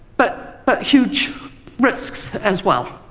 but but huge risks as well.